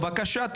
בבקשה,